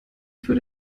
für